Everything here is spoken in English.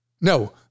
No